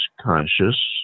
conscious